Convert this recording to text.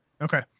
Okay